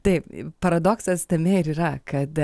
taip paradoksas tame ir yra kad